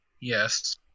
yes